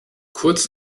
kurz